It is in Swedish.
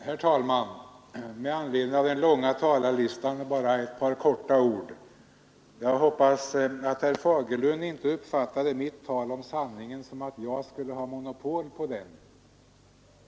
Herr talman! Med anledning av den långa talarlistan skall jag bara säga några få ord. Jag hoppas att herr Fagerlund inte uppfattade mitt tal om sanningen som att jag skulle ha monopol på den.